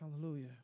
Hallelujah